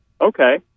Okay